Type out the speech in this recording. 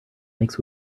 makes